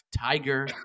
tiger